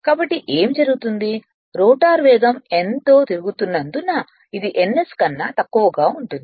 కాబట్టి ఏమి జరుగుతుంది రోటర్ వేగం n తో తిరుగుతున్నందున ఇది ns కన్నా తక్కువగా ఉంటుంది